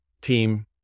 Team